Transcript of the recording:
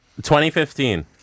2015